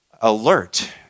alert